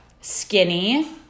skinny